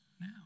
now